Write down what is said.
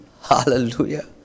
Hallelujah